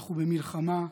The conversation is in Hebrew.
אנחנו במלחמה.